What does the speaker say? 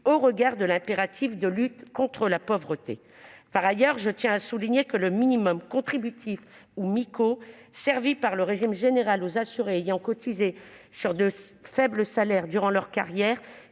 au regard de l'impératif de lutte contre la pauvreté. Par ailleurs, je tiens à souligner que le minimum contributif (MICO) servi par le régime général aux assurés ayant cotisé sur de faibles salaires durant leur carrière,